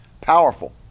Powerful